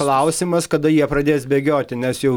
klausimas kada jie pradės bėgioti nes jau